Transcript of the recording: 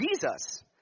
Jesus